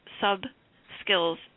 sub-skills